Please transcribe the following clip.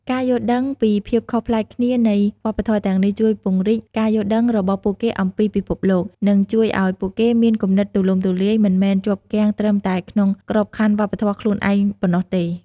ការយល់ដឹងពីភាពខុសប្លែកគ្នានៃវប្បធម៌ទាំងនេះ ជួយពង្រីកការយល់ដឹងរបស់ពួកគេអំពីពិភពលោក និងជួយឱ្យពួកគេមានគំនិតទូលំទូលាយ មិនមែនជាប់គាំងត្រឹមតែក្នុងក្របខ័ណ្ឌវប្បធម៌ខ្លួនឯងប៉ុណ្ណោះទេ។